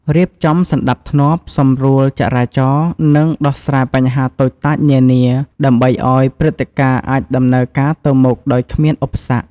រៀបចំសណ្ដាប់ធ្នាប់ សម្រួលចរាចរណ៍ និងដោះស្រាយបញ្ហាតូចតាចនានា ដើម្បីឱ្យព្រឹត្តិការណ៍អាចដំណើរការទៅមុខដោយគ្មានឧបសគ្គ។